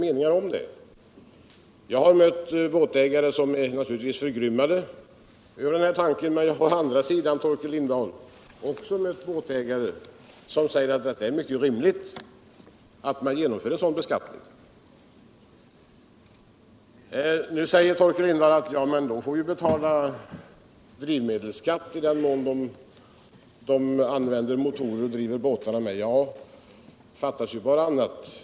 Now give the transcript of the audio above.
Jag har naturligtvis mött båtägare som är förerymmade över tanken på beskattning, men jag har å andra sidan, Forkel Lindahl, också mött båtägare som säger att det är mycket rimligt att man genomför en sådan beskattning. Torkel Lindahl påpekar att båtägarna får betala drivmedelsskatt i den mån de använder motorer att driva båtarna med. Fattas bara annat!